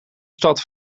stad